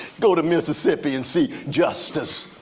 go to mississippi and see justice,